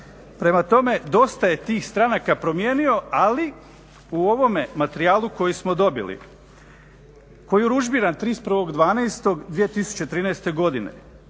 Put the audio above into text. Prema tome, dosta je tih stranaka promijenio, ali u ovome materijalu koji smo dobili, koji je urudžbiran 31.12.2013. godine